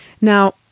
Now